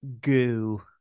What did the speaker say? Goo